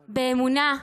באמונה,